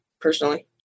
personally